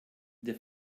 der